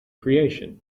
creation